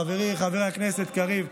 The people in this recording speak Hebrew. חברי חבר הכנסת קריב,